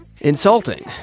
insulting